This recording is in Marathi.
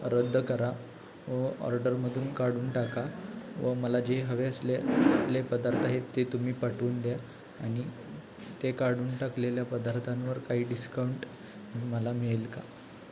रद्द करा व ऑर्डरमधून काढून टाका व मला जे हवे असले ले पदार्थ आहेत ते तुम्ही पाठवून द्या आणि ते काढून टाकलेल्या पदार्थांवर काही डिस्काउंट मला मिळेल का